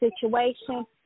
situation